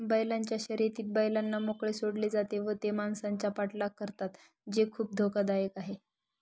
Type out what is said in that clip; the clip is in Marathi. बैलांच्या शर्यतीत बैलांना मोकळे सोडले जाते व ते माणसांचा पाठलाग करतात जे खूप धोकादायक आहे